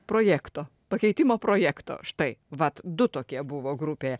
projekto pakeitimo projekto štai vat du tokie buvo grupėje